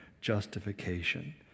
justification